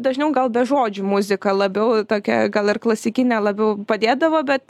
dažniau gal be žodžių muzika labiau tokia gal ir klasikinė labiau padėdavo bet